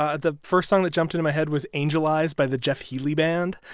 ah the first song that jumped into my head was angel eyes by the jeff healey band.